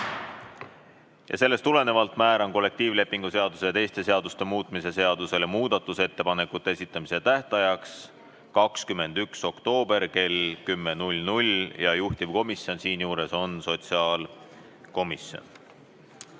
Sellest tulenevalt määran kollektiivlepingu seaduse ja teiste seaduste muutmise seadusele muudatusettepanekute esitamise tähtajaks 21. oktoobri kell 10. Juhtivkomisjon siinjuures on sotsiaalkomisjon.